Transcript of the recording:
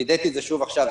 וידאתי את זה שוב עכשיו,